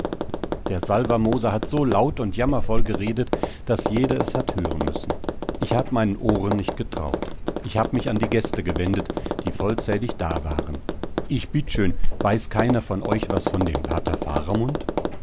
der salvermoser hat so laut und jammervoll geredet daß jeder es hat hören müssen ich hab meinen ohren nicht getraut ich hab mich an die gäste gewendet die vollzählig da waren ich bitt schön weiß keiner von euch was von dem pater